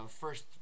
first